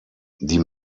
die